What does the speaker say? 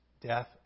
death